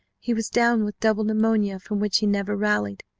he was down with double pneumonia from which he never rallied.